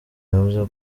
yavuze